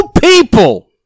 people